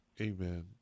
Amen